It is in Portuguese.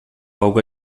algo